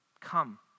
Come